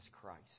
Christ